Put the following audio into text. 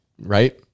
right